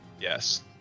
Yes